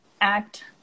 act